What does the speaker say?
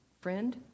friend